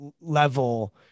level